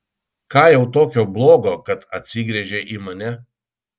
ką jau tokio blogo kad atsigręžei į mane